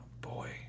Boy